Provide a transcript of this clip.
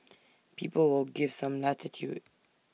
people will give some latitude